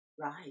right